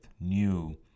new